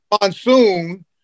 Monsoon